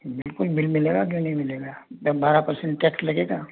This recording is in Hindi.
बिल्कुल मिलेगा क्यों नहीं मिलेगा दस बारह परसेंट टैक्स लगेगा